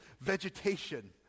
vegetation